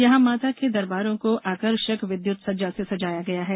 यहां माता के दरबारों को आकर्षक विद्युत सज्जा से सजाया गया है